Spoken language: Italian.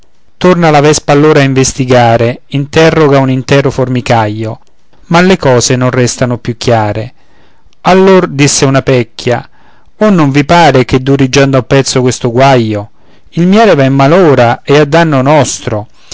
torna la vespa allora a investigare interroga un intero formicaio ma le cose non restano più chiare allor disse una pecchia o non vi pare che duri già da un pezzo questo guaio il miele va in malora e a danno nostro